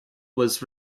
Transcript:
was